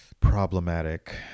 problematic